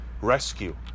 Rescue